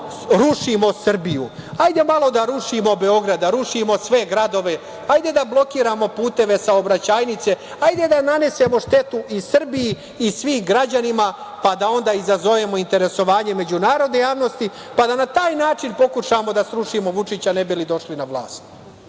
rušimo Srbiju. Ajde malo da rušimo Beograd, da rušimo sve gradove, ajde da blokiramo puteve, saobraćajnice, ajde da nanesemo štetu i Srbiji i svim građanima, pa da onda izazovemo interesovanje međunarodne javnosti, pa da na taj način pokušamo da srušimo Vučića ne bi li onda došli na vlast. Moram